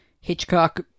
Hitchcock